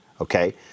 okay